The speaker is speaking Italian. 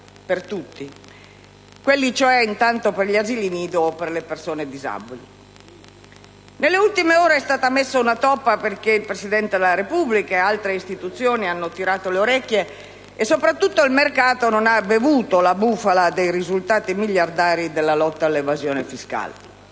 per tutti, ed intanto quelle per gli asili nido e per le persone disabili. Nelle ultime ore è stata messa una toppa perché il Presidente della Repubblica ed altre istituzioni hanno tirato le orecchie e, soprattutto, il mercato non ha bevuto la bufala dei risultati miliardari della lotta all'evasione fiscale.